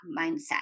mindset